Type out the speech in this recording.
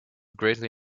greatly